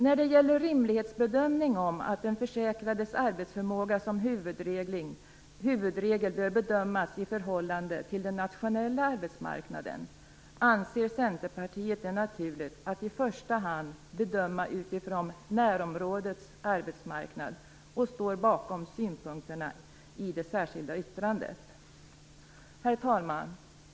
När det gäller rimlighetsbedömning i fråga om att den försäkrades arbetsförmåga som huvudregel bör bedömas i förhållande till den nationella arbetsmarknaden, ser vi inom Centerpartiet det som naturligt att i första hand bedöma utifrån närområdets arbetsmarknad. Vi står bakom synpunkterna i det särskilda yttrandet. Herr talman!